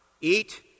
Eat